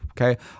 okay